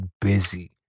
busy